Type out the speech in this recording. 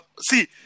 See